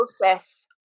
process